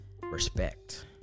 respect